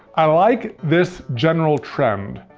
i like this, general, trend.